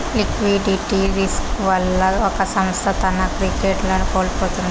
liquidity risk వల్ల ఒక సంస్థ తన క్రెడిట్ ను కోల్పోతుంది